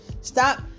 stop